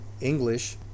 English